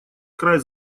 край